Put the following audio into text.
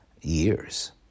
years